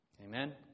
Amen